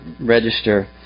register